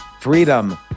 Freedom